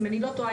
אם אני לא טועה,